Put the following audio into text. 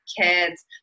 kids